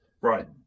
right